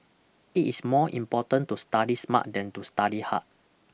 it is more important to study smart than to study hard